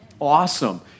Awesome